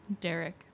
Derek